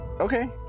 Okay